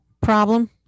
problem